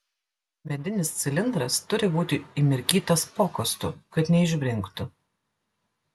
medinis cilindras turi būti įmirkytas pokostu kad neišbrinktų